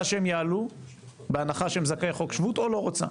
שהם יעלו בהנחה שהם זכאי חוק שבות או לא רוצה.